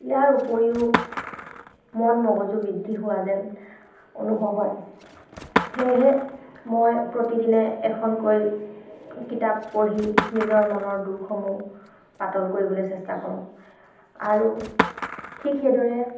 ইয়াৰ উপৰিও মন মগজু বৃদ্ধি হোৱা যেন অনুভৱ হয় সেয়েহে মই প্ৰতিদিনে এখনকৈ কিতাপ পঢ়ি নিজৰ মনৰ দুখসমূহ পাতল কৰিবলৈ চেষ্টা কৰোঁ আৰু ঠিক সেইদৰে